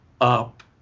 up